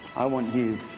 i want you